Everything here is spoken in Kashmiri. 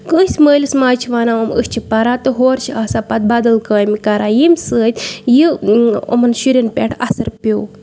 کٲنسہِ مٲلِس ماجہِ چھِ وَنان أسۍ چھِ پران تہٕ ہورٕ چھِ پَتہٕ آسان بدل کامہِ کران ییٚمہِ سۭتۍ یہِ یِمَن شُرین پٮ۪ٹھ اَثر پیوٚو